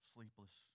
Sleepless